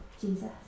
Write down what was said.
Jesus